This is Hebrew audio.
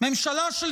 ממשלה של